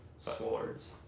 swords